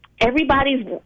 Everybody's